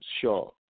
sure